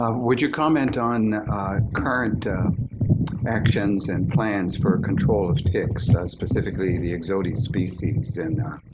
ah would you comment on current actions and plans for control of ticks specifically the ixodes species? and